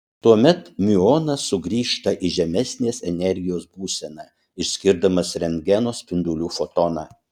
tuomet miuonas sugrįžta į žemesnės energijos būseną išskirdamas rentgeno spindulių fotoną